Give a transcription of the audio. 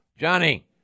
Johnny